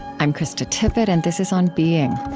i'm krista tippett, and this is on being.